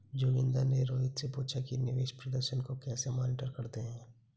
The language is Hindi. जोगिंदर ने रोहित से पूछा कि निवेश प्रदर्शन को कैसे मॉनिटर करते हैं?